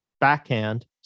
backhand